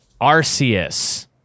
Arceus